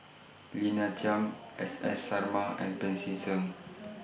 Lina Chiam S S Sarma and Pancy Seng